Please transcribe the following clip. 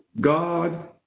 God